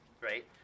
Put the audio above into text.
right